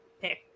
pick